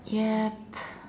yup